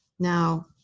now,